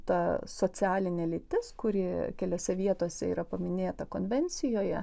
ta socialinė lytis kuri keliose vietose yra paminėta konvencijoje